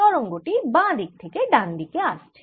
তরঙ্গ টি বাঁ দিক থেকে ডান দিকে আসছে